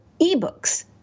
eBooks